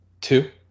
two